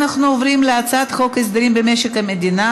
אנחנו עוברים להצעת חוק הסדרים במשק המדינה